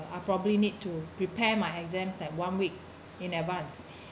I probably need to prepare my exams like one week in advance